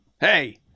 Hey